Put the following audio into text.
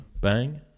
Bang